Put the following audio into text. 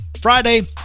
Friday